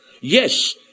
yes